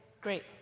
great